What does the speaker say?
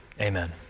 amen